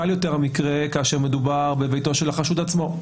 קל יותר המקרה כאשר מדובר בביתו של החשוד עצמו.